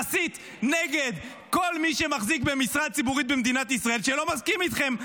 נסית נגד כל מי שמחזיק במשרה ציבורית במדינת ישראל שלא מסכים איתכם.